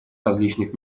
различных